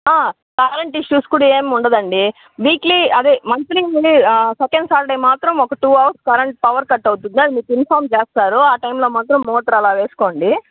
అలాంటి ఇష్యూస్ కూడా ఏముండదండి వీక్లీ అదే మంత్లీ సెకండ్ సాటర్డే మాత్రం ఒక two hours current power cut అవుతుంది అది మీకు ఇన్ఫార్మ్ చేస్తారు ఆ టైమ్లో మాత్రం మోటర్ అలా వేసుకోండి